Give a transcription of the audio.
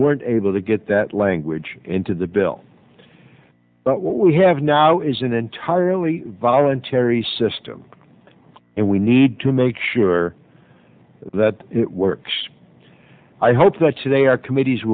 weren't able to get that language into the bill but we have now is an entirely voluntary system and we need to make sure that it works i hope that today our committees